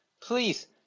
please